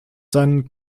seinen